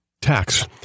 tax